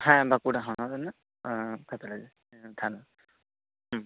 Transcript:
ᱦᱮᱸ ᱵᱟᱸᱠᱩᱲᱟ ᱦᱚᱱᱚᱛ ᱨᱮᱱᱟᱜ ᱦᱚᱸ ᱠᱷᱟᱛᱲᱟ ᱜᱮ ᱛᱷᱟᱱᱟ ᱦᱩᱸ